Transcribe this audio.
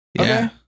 Okay